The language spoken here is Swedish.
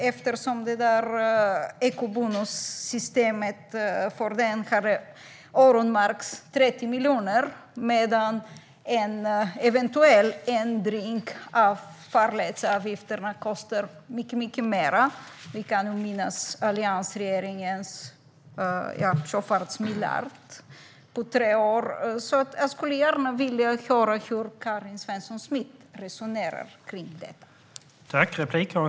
Eftersom det har öronmärkts 30 miljoner för eco-bonussystemet medan en eventuell ändring av farledsavgifterna kostar mycket mer - vi kan minnas alliansregeringens sjöfartsmiljard på tre år - skulle jag gärna höra hur Karin Svensson Smith resonerar kring det här.